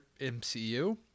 MCU